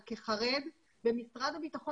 אז זאת הסינרגיה.